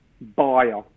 buyer